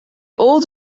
old